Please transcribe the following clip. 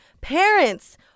Parents